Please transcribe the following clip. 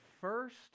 first